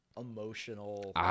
emotional